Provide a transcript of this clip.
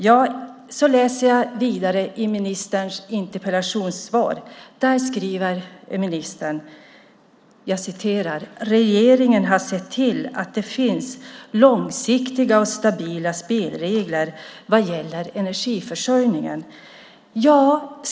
Ja, så läser jag vidare i ministerns interpellationssvar. Där skriver ministern: Regeringen har sett till att det finns långsiktiga och stabila spelregler vad gäller energiförsörjningen.